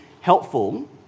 helpful